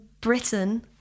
britain